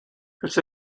got